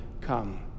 come